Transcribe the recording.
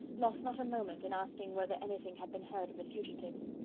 lost not a moment in asking whether anything had been heard of the fugitives.